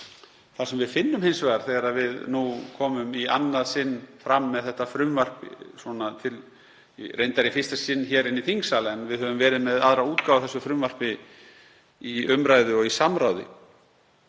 Það sem við finnum hins vegar þegar við nú komum í annað sinn fram með þetta frumvarp, reyndar í fyrsta sinn hér í þingsal, en við höfum verið með aðra útgáfu af þessu frumvarpi í umræðu og í samráði,